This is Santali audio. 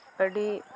ᱟᱹᱰᱤ